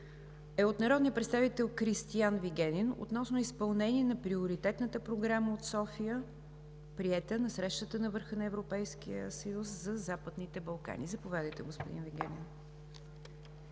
е от народния представител Кристиан Вигенин относно изпълнение на Приоритетната програма от София, приета на Срещата на върха на ЕС за Западните Балкани. Заповядайте, господин Вигенин.